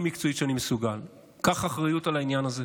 מקצועית שאני מסוגל: קח אחריות על העניין הזה,